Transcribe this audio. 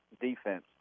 defense